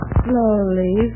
slowly